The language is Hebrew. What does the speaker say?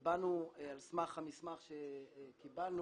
באנו על סמך המסמך שקיבלנו